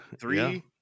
Three